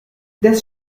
das